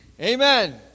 Amen